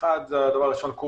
הדבר הראשון הוא קורסים.